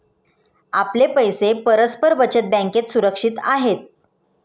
आपले पैसे परस्पर बचत बँकेत सुरक्षित आहेत